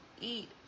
eat